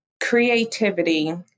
Creativity